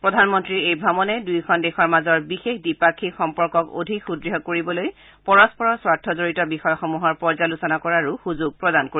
প্ৰধানমন্ত্ৰীৰ এই ভ্ৰমণে দূয়োখন দেশৰ মাজৰ বিশেষ দ্বিপাক্ষিক সম্পৰ্কক অধিক সূদ্য় কৰিবলৈ পৰস্পৰৰ স্বাৰ্থজড়িত বিষয়সমূহৰ পৰ্যালোচনা কৰাৰো সুযোগ প্ৰদান কৰিব